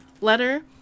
letter